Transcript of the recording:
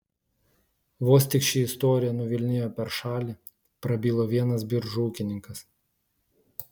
vos tik ši istorija nuvilnijo per šalį prabilo vienas biržų ūkininkas